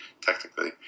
technically